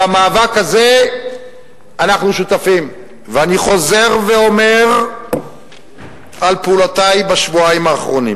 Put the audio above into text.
במאבק הזה אנחנו שותפים ואני חוזר ואומר על פעולותי בשבועיים האחרונים,